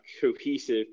cohesive